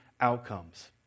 outcomes